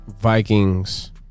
Vikings